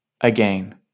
again